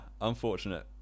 unfortunate